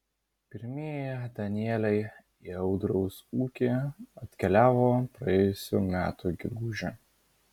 pirmieji danieliai į audriaus ūkį atkeliavo praėjusių metų gegužę